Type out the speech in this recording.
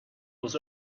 was